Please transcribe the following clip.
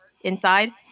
inside